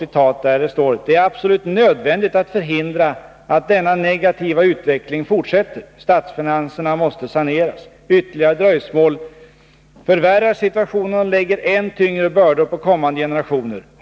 Det står bl.a. följande: ”Det är nödvändigt att förhindra att denna negativa utveckling fortsätter. Statsfinanserna måste saneras. Ytterligare dröjsmål förvärrar situationen och lägger än tyngre bördor på kommande generationer.